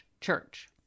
church